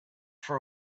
for